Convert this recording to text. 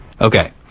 Okay